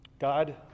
God